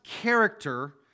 character